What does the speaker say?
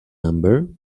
number